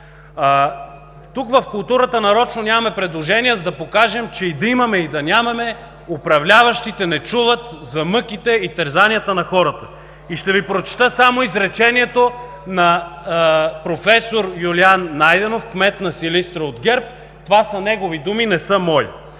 Тук – в културата, нарочно нямаме предложения, за да покажем, че и да имаме, и да нямаме управляващите не чуват за мъките и терзанията на хората. И ще Ви прочета само изречението на професор Юлиян Найденов – кмет на Силистра от ГЕРБ. Това са негови думи, не са мои.